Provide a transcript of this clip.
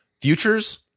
Futures